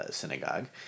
synagogue